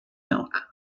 milk